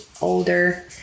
older